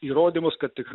įrodymus kad tikrai